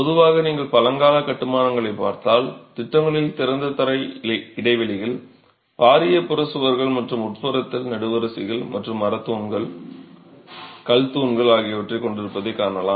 பொதுவாக நீங்கள் பழங்கால கட்டுமானங்களைப் பார்த்தால் திட்டங்களில் திறந்த தரை இடைவெளிகள் பாரிய புறச் சுவர்கள் மற்றும் உட்புறத்தில் நெடுவரிசைகள் மற்றும் மரத் தூண்கள் கல் தூண்கள் ஆகியவற்றைக் கொண்டிருப்பதைக் காணலாம்